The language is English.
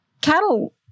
cattle